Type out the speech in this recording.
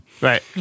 right